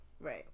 Right